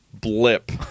Blip